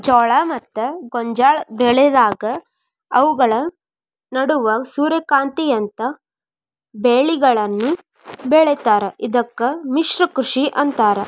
ಜೋಳ ಮತ್ತ ಗೋಂಜಾಳ ಬೆಳೆದಾಗ ಅವುಗಳ ನಡುವ ಸೂರ್ಯಕಾಂತಿಯಂತ ಬೇಲಿಗಳನ್ನು ಬೆಳೇತಾರ ಇದಕ್ಕ ಮಿಶ್ರ ಕೃಷಿ ಅಂತಾರ